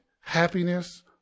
happiness